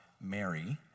Mary